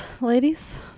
ladies